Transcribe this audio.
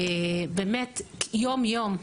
באמת יום-יום,